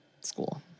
school